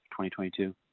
2022